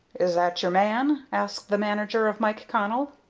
is that your man? asked the manager, of mike connell.